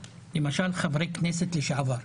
למשל חברי כנסת לשעבר.